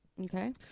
Okay